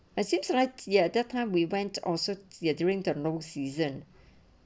i seems right ya that time we went also there during the long season